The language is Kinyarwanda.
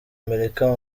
amerika